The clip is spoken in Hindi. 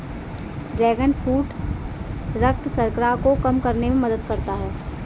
ड्रैगन फ्रूट रक्त शर्करा को कम करने में मदद करता है